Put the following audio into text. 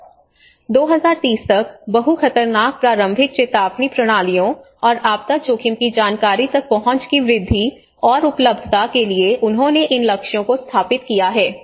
2030 तक बहु खतरनाक प्रारंभिक चेतावनी प्रणालियों और आपदा जोखिम की जानकारी तक पहुंच की वृद्धि और उपलब्धता के लिए उन्होंने इन लक्ष्यों को स्थापित किया है